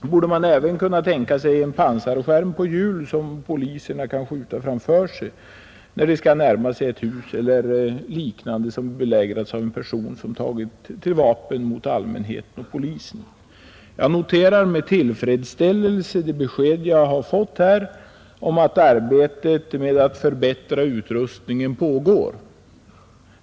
borde man även kunna tänka sig en pansarskärm på hjul som de kan skjuta framför sig när de skall närma sig ett hus eller liknande t.ex. vid belägring av en person som tagit till vapen mot allmänheten och polisen. Jag noterar med tillfredsställelse det besked jag har fått om att arbetet med att förbättra utrustningen pågår.